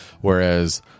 whereas